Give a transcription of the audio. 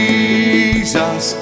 Jesus